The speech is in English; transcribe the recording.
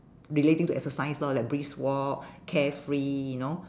relating to exercise lor like brisk walk carefree you know